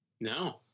No